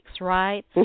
right